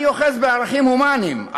אני אוחז בערכים הומניים,